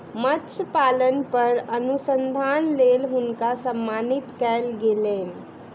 मत्स्य पालन पर अनुसंधानक लेल हुनका सम्मानित कयल गेलैन